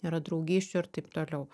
nėra draugysčių ir taip toliau